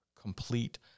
complete